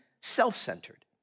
self-centered